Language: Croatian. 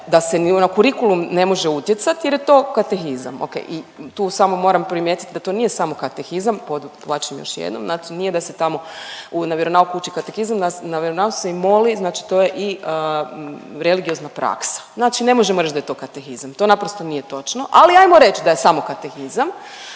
da se ni na kurikulum ne može utjecati jer je to Katehizam, okej i tu samo moram primijetit da to nije samo Katehizam, podvlačim još jednom, znači nije da se tamo na vjeronauku uči Katehizam, na vjeronauku se i moli, znači to je i religiozna praksa, znači ne možemo reć da je to Katehizam, to naprosto nije točno, ali ajmo reć da je samo Katehizam.